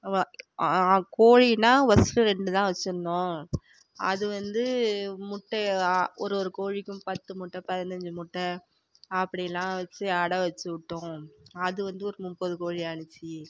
கோழின்னா first ரெண்டு தான் வைச்சிருந்தோம் அது வந்து முட்டை ஒரு ஒரு கோழிக்கும் பத்து முட்டை பதினஞ்சு முட்டை அப்படிலாம் வச்சு அடவச்சிவிட்டோம் அது வந்து ஒரு முப்பது கோழி ஆணுச்சு